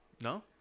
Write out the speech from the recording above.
no